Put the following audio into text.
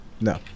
No